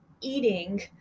eating